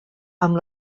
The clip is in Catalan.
amb